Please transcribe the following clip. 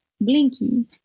Blinky